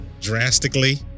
drastically